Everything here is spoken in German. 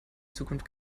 zukunft